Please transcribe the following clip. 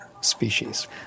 species